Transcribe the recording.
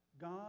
God